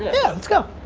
yeah, let's go.